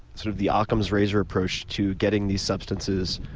sort of the um occam's razor approach to getting these substances